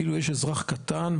כאילו יש אזרח קטן,